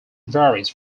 varies